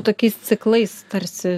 tokiais ciklais tarsi